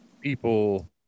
people